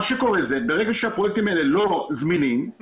מה שקורה הוא שכשהפרויקטים האלה לא זמינים הם לא יכולים לצאת לדרך.